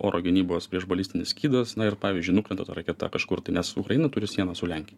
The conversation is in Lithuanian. oro gynybos priešbalistinis skydas na ir pavyzdžiui nukrenta ta raketa kažkur tai nes ukraina turi sieną su lenkija